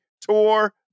Tour